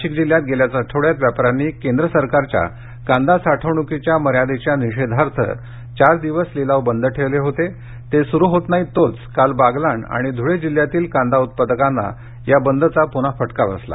नाशिक जिल्ह्यात गेल्याच आठवड्यात व्यापा यांनी केंद्र सरकारच्या कांदा साठवण्कीच्या मर्यादेच्या निषेधार्थ चार दिवस लिलाव बंद ठेवले होते ते सुरू होत नाही तोच काल बागलाण आणि धुळे जिल्ह्यातील कांदा उत्पादकांना या बंदचा पुन्हा फटका बसला